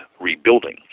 rebuilding